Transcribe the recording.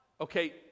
okay